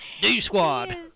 D-Squad